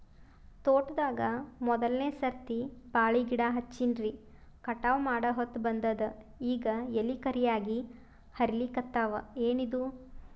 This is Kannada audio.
ತೋಟದಾಗ ಮೋದಲನೆ ಸರ್ತಿ ಬಾಳಿ ಗಿಡ ಹಚ್ಚಿನ್ರಿ, ಕಟಾವ ಮಾಡಹೊತ್ತ ಬಂದದ ಈಗ ಎಲಿ ಕರಿಯಾಗಿ ಹರಿಲಿಕತ್ತಾವ, ಏನಿದು?